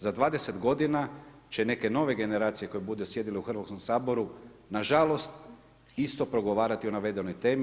Za 20 godina će neke nove generacije koju budu sjedile u Hrvatskom saboru nažalost, isto progovarati o navedenoj temi